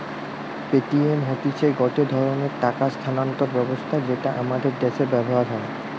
Paytm হতিছে গটে ধরণের টাকা স্থানান্তর ব্যবস্থা যেটা আমাদের দ্যাশে ব্যবহার হয়